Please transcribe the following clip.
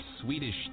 Swedish